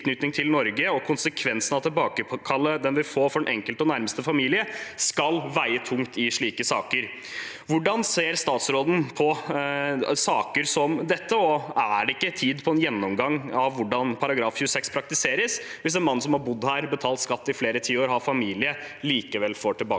og konsekvensen tilbakekalling vil få for den enkelte og nærmeste familie, skal veie tungt i slike saker. Hvordan ser statsråden på saker som dette? Er det ikke tid for en gjennomgang av hvordan § 26 praktiseres, hvis en mann som har bodd her, betalt skatt i flere tiår og har familie, likevel får tilbakekall